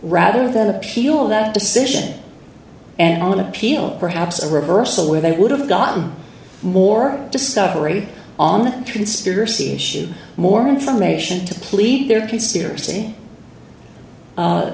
rather than appeal that decision and on appeal perhaps a reversal where they would have gotten more discovery on the conspiracy issue more information to plead their conspiracy